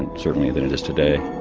and certainly that it is today.